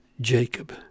Jacob